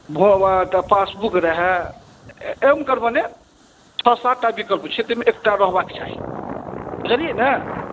तऽ पासबुक रहै एवम् प्रकारे छओ सात टा विकल्प छै ताहिमे एकटा रहबाक चाही बुझलिए ने